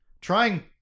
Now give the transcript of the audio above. trying